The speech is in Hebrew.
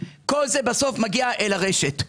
כל זה בסוף מגיע אל הרשת.